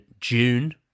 June